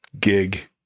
gig